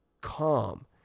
calm